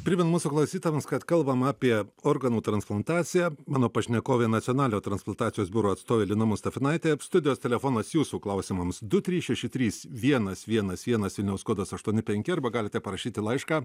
primenu mūsų klausytojams kad kalbam apie organų transplantaciją mano pašnekovė nacionalinio transplantacijos biuro atstovė lina mustafinaitė studijos telefonas jūsų klausimams du trys šeši trys vienas vienas vienas vilniaus kodas aštuoni penki arba galite parašyti laišką